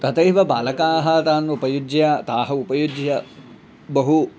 तथैव बालाकाः तान् उपयुज्य तान् उपयुज्य बहु